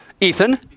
Ethan